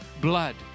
blood